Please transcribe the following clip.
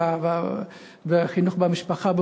והחינוך במשפחה,